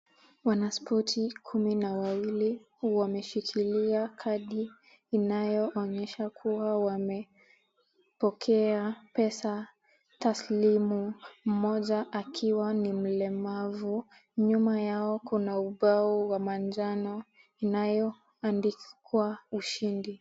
Wanasporti kumi na wawili wameshikilia kadi inayoonyesha kuwa wamepokea pesa taslimu, mmoja akiwa ni mlemavu. Nyuma yao kuna ubau wa manjano inayoandikwa ushindi.